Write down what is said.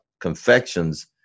confections